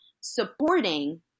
supporting